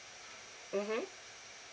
mmhmm